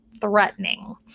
threatening